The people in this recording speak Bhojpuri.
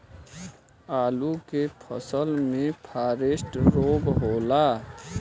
आलू के फसल मे फारेस्ट रोग होला?